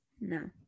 No